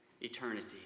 eternity